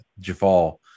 Jafal